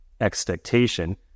expectation